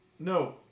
No